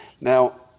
Now